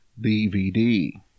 DVD